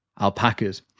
alpacas